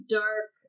dark